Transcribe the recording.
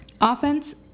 offense